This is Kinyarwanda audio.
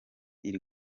iri